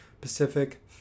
Pacific